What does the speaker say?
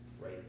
right